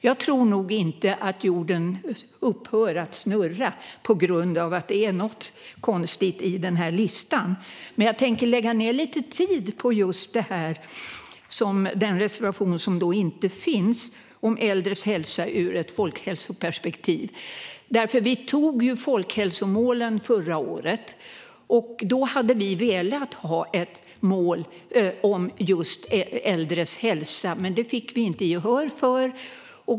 Jag tror inte att jorden upphör att snurra på grund av att det är något konstigt i listan, men jag tänker lägga ned lite tid på just den reservation som då inte finns, om äldres hälsa ur ett folkhälsoperspektiv. Vi antog folkhälsomålen förra året. Då ville vi ha ett mål om just äldres hälsa, men det fick vi inte gehör för.